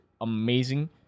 amazing